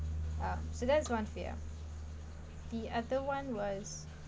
uh so that's one fear the other one was